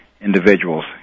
individuals